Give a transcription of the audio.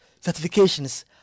certifications